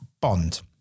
bond